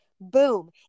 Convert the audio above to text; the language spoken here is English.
boom